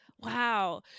wow